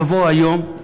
יבוא היום,